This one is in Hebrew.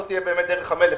זו תהיה דרך המלך,